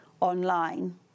online